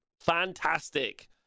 Fantastic